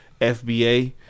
FBA